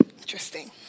interesting